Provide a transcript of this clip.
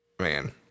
Man